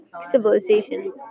civilization